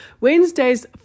Wednesday's